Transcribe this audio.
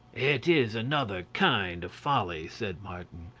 it is another kind of folly, said martin.